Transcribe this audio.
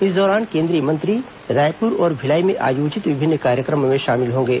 इस दौरान केन्द्रीय मंत्री रायपुर और भिलाई में आयोजित विभिन्न कार्यक्रमो में शामिल होंगे